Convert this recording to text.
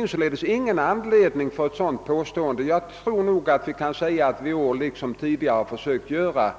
Jag tror jag vågar säga, att vi inom regeringen i år liksom tidigare har försökt göra